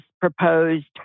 proposed